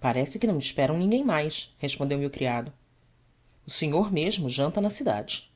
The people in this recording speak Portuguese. parece que não esperam ninguém mais respondeu-me o criado senhor mesmo janta na cidade